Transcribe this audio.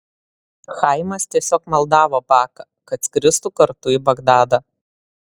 chaimas tiesiog maldavo baką kad skristų kartu į bagdadą